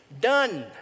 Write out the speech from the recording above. Done